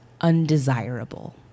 undesirable